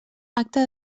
acta